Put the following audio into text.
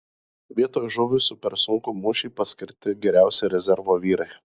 vietoj žuvusių per sunkų mūšį paskirti geriausi rezervo vyrai